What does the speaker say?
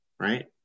right